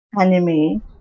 anime